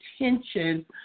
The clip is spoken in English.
attention